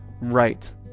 right